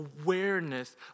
awareness